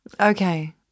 Okay